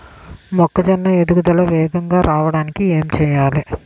మొక్కజోన్న ఎదుగుదల వేగంగా రావడానికి ఏమి చెయ్యాలి?